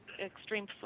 extreme